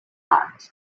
heart